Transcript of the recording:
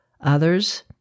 others